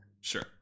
Sure